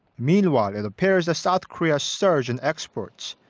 meanwhile. it appears that south korea's surge in exports.